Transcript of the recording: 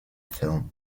film